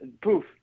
Poof